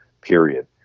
period